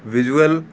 visual